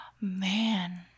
man